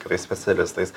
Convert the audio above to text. kitais specialistais